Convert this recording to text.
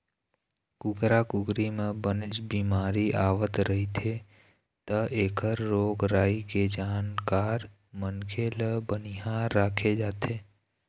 कुकरा कुकरी म बनेच बिमारी आवत रहिथे त एखर रोग राई के जानकार मनखे ल बनिहार राखे जाथे